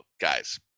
guys